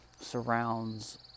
surrounds